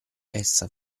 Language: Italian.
essa